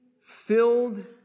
filled